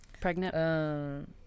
Pregnant